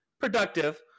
productive